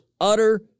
utter